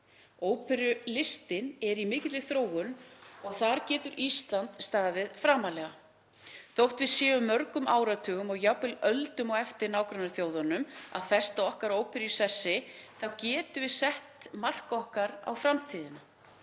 Óperulistin er í mikilli þróun og þar getur Ísland staðið framarlega. Þótt við séum mörgum áratugum og jafnvel öldum á eftir nágrannaþjóðunum að festa okkar óperu í sessi þá getum við sett okkar mark á framtíðina.